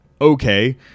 okay